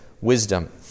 wisdom